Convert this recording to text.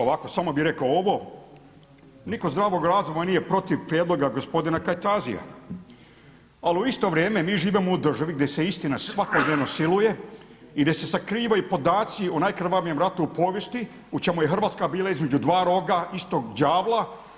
Ovako samo bi rekao ovo, niko zdravog razuma nije protiv prijedloga gospodina Kajtazija, ali u isto vrijeme mi živimo u državi gdje se istina svakodnevnog siluje i gdje se sakrivaju podaci o najkrvavijem ratu u povijesti u čemu je Hrvatska bila između dva roga istog đavla.